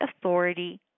authority